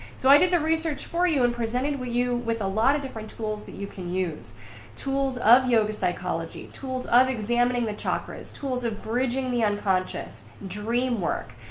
so i did the research for you and presented with you with a lot of different tools that you can use tools of yoga psychology. tools of examining the chakras, tools of bridging the unconscious dream work,